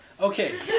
okay